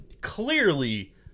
clearly